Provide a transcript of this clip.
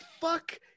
fuck